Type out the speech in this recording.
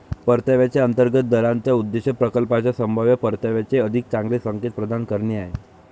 परताव्याच्या अंतर्गत दराचा उद्देश प्रकल्पाच्या संभाव्य परताव्याचे अधिक चांगले संकेत प्रदान करणे आहे